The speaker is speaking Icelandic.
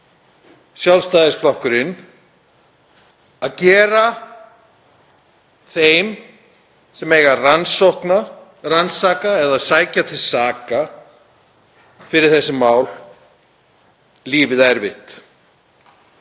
Sjálfstæðisflokkurinn að gera þeim sem eiga að rannsaka eða sækja til saka fyrir þessi mál lífið erfitt.